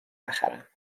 بخرم